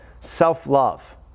self-love